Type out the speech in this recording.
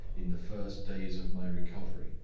in the first days of my recovery,